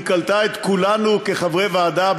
היא קלטה את כולנו כחברי ועדה,